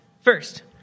First